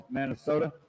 Minnesota